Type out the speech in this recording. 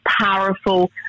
powerful